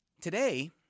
Today